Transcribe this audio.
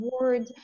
word